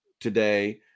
today